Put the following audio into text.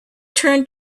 turned